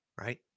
right